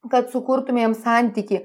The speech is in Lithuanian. kad sukurtumėm santykį